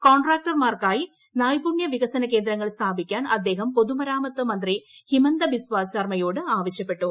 കോൺട്രാക്ടർമാർക്കായി നൈപുണ്യ വികസന കേന്ദ്രങ്ങൾ സ്ഥാപിക്കാൻ അദ്ദേഹം പൊതു മരാമത്ത് മന്ത്രി ഹിമന്ത ബിസ്വ ശർമ്മയോട് ആവശ്യപ്പെട്ടു